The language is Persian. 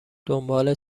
دنبال